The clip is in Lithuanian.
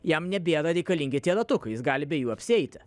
jam nebėra reikalingi tie ratukai jis gali be jų apsieiti